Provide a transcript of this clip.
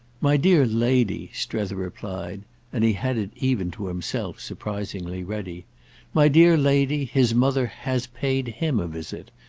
my dear lady, strether replied and he had it even to himself surprisingly ready my dear lady, his mother has paid him a visit.